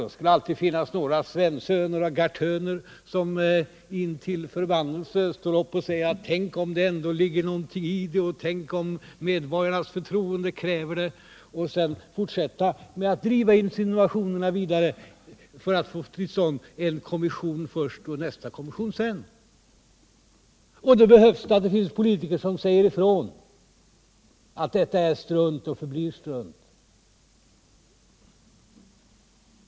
då skall det alltid finnas några Svensöner och Gahrtöner som intill förbannelse står upp och säger: ”Tänk, om det ändå ligger någonting i det! Tänk, om medborgarnas förtroende kräver utredning!” Så fortsätter de att driva insinuationerna vidare för att få till stånd en kommission först och nästa kommission sedan. Då behövs det politiker som säger ifrån, att detta är strunt och förblir strunt.